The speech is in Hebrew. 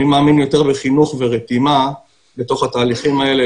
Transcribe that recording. אני מאמין יותר בחינוך ורתימה בתוך התהליכים האלה,